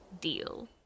deal